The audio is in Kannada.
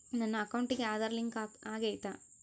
ನನ್ನ ಅಕೌಂಟಿಗೆ ಆಧಾರ್ ಲಿಂಕ್ ಆಗೈತಾ?